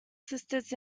sisters